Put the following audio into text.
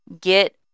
Get